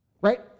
Right